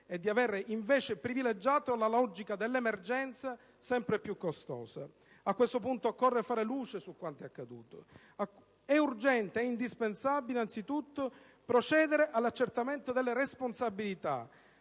e di aver invece privilegiato la logica dell'emergenza, sempre più costosa. A questo punto occorre fare luce su quanto accaduto. È urgente ed indispensabile, anzitutto, procedere all'accertamento delle responsabilità,